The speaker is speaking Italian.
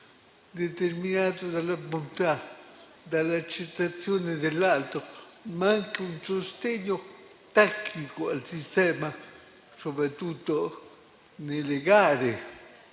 determinato dalla bontà, dall'accettazione dell'altro, ma anche un sostegno tecnico al sistema, soprattutto nelle gare,